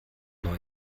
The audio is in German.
neu